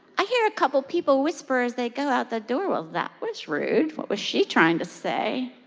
i hear a couple people whisper as they go out the door. well, that was rude. what was she trying to say?